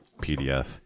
PDF